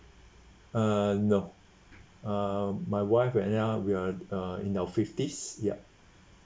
uh no uh my wife and I we're uh in our fifties yup